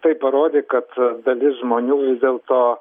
tai parodė kad dalis žmonių vis dėlto